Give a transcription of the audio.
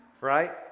right